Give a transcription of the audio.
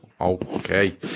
okay